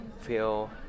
feel